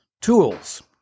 Tools